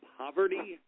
poverty